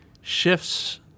shifts